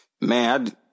Man